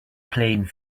playing